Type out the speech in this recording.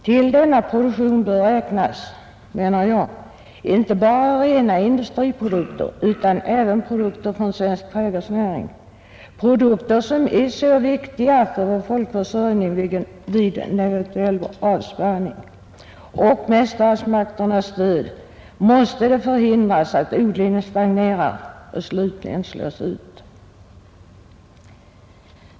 Till denna produktion bör räknas, menar jag, inte bara rena industriprodukter utan även produkter från svensk trädgårdsnäring, som är så viktiga för vår folkförsörjning vid en eventuell avspärrning. Med statsmakternas stöd måste förhindras att odlingen stagnerar och slutligen slås ut.